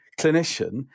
clinician